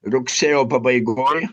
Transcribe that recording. rugsėjo pabaigoj